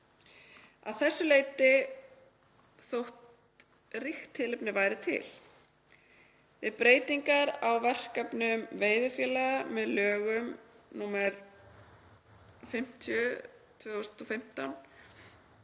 að þessu leyti þótt ríkt tilefni væri til. Við breytingar á verkefnum veiðifélaga með lögum nr. 50/2015